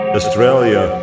Australia